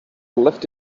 left